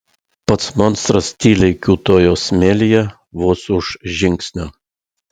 pats monstras tyliai kiūtojo smėlyje vos už žingsnio